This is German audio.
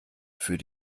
für